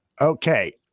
Okay